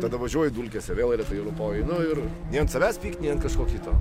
tada važiuoji dulkėse vėl lėtai ropoji nu ir nei ant savęs pykt nei ant kažko kito